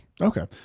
Okay